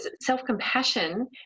Self-compassion